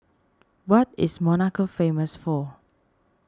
what is Monaco famous for